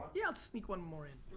yeah, let's sneak one more in.